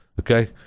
Okay